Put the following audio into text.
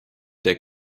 der